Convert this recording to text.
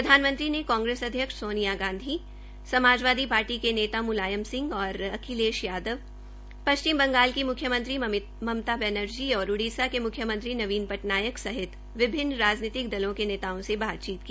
प्रधानमंत्री ने कांग्रेस अध्यक्ष सोनिया गांधी समाजवादी पार्टी के नेता मुलायम सिंह और अखिलेश यादव पश्चिम बंगाल की म्ख्यमंत्री ममता बनैर्जी और उड़ीसा के म्ख्यमंत्री नवीन पटनायक सहित विभिन्न राजनीतिक दलों के नेताओं से बातचीत की